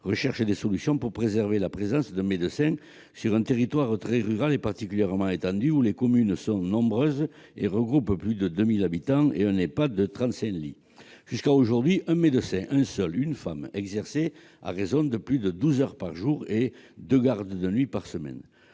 recherchent des solutions pour préserver la présence de médecins sur un territoire très rural et particulièrement étendu : les communes y sont nombreuses, regroupent plus de 2 000 habitants, mais ne comptent qu'un Ehpad de 35 lits. Jusqu'à aujourd'hui, un médecin, un seul, une femme, exerçait à raison de plus de douze heures par jour et de deux gardes de nuit par semaine.